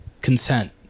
consent